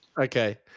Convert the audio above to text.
Okay